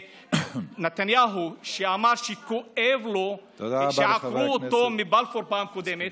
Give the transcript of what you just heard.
נתניהו אמר שכואב לו שעקרו אותו מבלפור פעם קודמת,